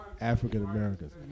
African-Americans